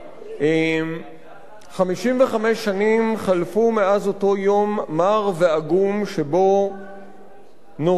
55 שנים חלפו מאז אותו יום מר ועגום שבו נורו למוות,